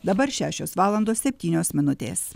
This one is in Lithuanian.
dabar šešios valandos septynios minutės